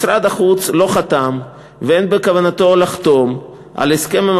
משרד החוץ לא חתם ואין בכוונתו לחתום על הסכם עם